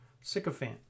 sycophant